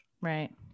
Right